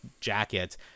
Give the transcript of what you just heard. jacket